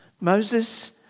Moses